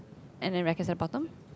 and then racquet the bottom